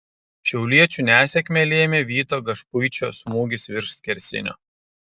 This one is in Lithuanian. šiauliečių nesėkmę lėmė vyto gašpuičio smūgis virš skersinio